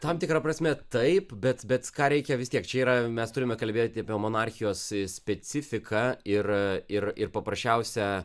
tam tikra prasme taip bet bet ką reikia vis tiek čia yra mes turime kalbėti apie monarchijos specifiką ir ir ir paprasčiausią